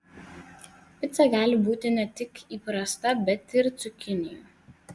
pica gali būti ne tik įprasta bet ir cukinijų